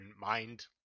mind